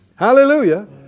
Hallelujah